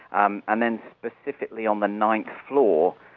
um and then specifically on the ninth floor,